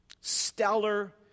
stellar